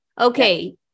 okay